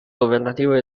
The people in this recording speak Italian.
governativo